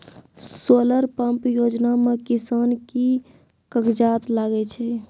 Solar pump योजना म किसान के की कागजात लागै छै?